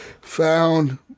found